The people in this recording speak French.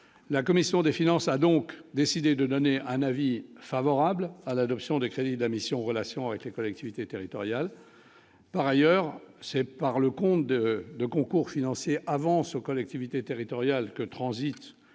la commission des finances, a donc décidé de donner un avis favorable à l'adoption des crédits de la mission, relations avec les collectivités territoriales, par ailleurs, c'est par le compte de de concours financier avance aux collectivités territoriales que transitent